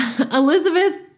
Elizabeth